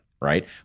right